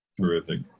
Terrific